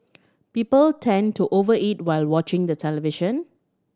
people tend to over eat while watching the television